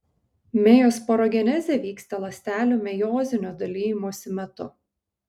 mejosporogenezė vyksta ląstelių mejozinio dalijimosi metu